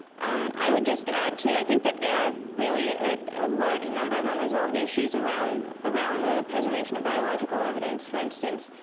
and i would just add too, i think that there are really a large number of unresolved issues around around the preservation of biological evidence. for instance,